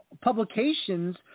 publications